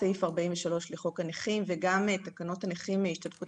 סעיף 43 לחוק הנכים וגם תקנות הנכים להשתתפות